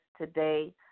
today